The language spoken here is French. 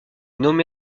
nommé